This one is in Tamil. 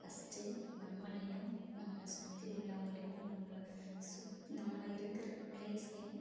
ஃபர்ஸ்ட்டு நம்மளையும் நம்ம சுற்றி உள்ளவங்களையும் நம்மள சுத் நம்ம இருக்கிற பிளேஸ்ஸையும்